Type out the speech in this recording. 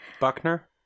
Buckner